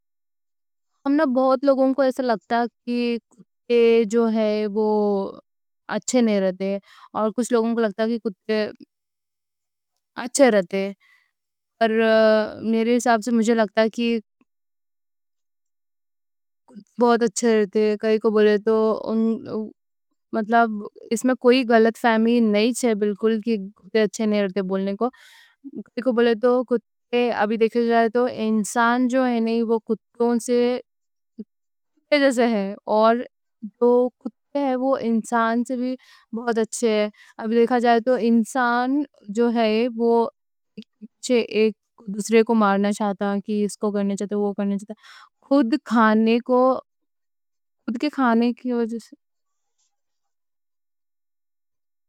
ہمنا بہت لوگوں کو ایسا لگتا کہ کتے جو ہیں۔ اور کچھ لوگوں کو لگتا کہ کتے اچھے رہتے پر میرے ساب سے۔ لگتا کہ کتے بہت اچھے رہتے کائیں کوں بولے تو اس میں کوئی غلط فہمی۔ نہیں ہے بالکل کہ کتے اچھے نہیں رہتے بولنے کو کائیں کوں بولے تو کتے ابھی دیکھا جائے تو۔ دیکھا جائے تو انسان جو ہے نہیں وہ کتوں سے جیسے ہیں اور جو کتے ہیں وہ۔ انسان سے بھی بہت اچھے ہیں ابھی دیکھا جائے تو انسان جو ہے وہ کے دوسرے۔ کو مارنا چاہتا کہ اس کو کرنا چاہتا وہ کرنا چاہتا خود کھانے کو۔ خود کے کھانے کی وجہ سے۔